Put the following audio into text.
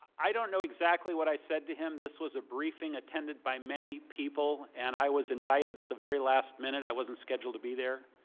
i don't know exactly what i said to him, this was a briefing attended by many people and i was invited at the very last minute, i was not and scheduled to be there.